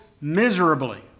miserably